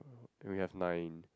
you have nine